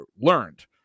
learned